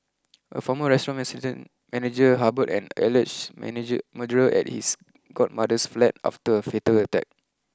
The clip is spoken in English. a former restaurant assistant manager harboured an alleged manager murderer at his godmother's flat after a fatal attack